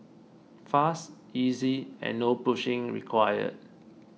fast easy and no pushing required